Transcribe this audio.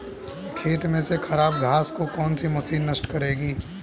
खेत में से खराब घास को कौन सी मशीन नष्ट करेगी?